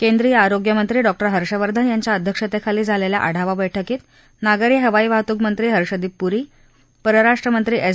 केंद्रीय आरोग्य मंत्री डॉक्टर हर्षवर्धन यांच्या अध्यक्षतेखाली झालेल्या आढावा बैठकीत नागरी हवाई वाहतूकमंत्री हर्षदीप पुरी परराष्ट्रमंत्री एस